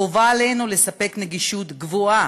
חובה עלינו לספק נגישות גבוהה,